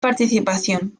participación